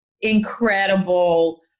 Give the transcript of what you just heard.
incredible